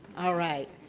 alright.